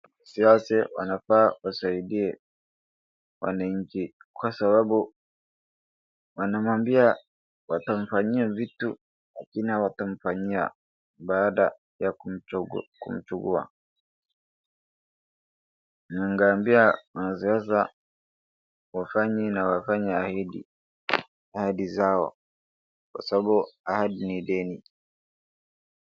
Wanasiasa wanafaa wasaidie wananhi kwa sababu wanamwambia watamfanyia vitu zile watamfanyia baada ya kumchagua, nawezawaambia wanaezaweza wafanye na wafanye ahadi, ahadi zao, kwa sababu ahadi ni deni.